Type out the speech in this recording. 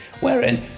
wherein